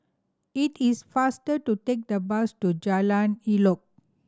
it is faster to take the bus to Jalan Elok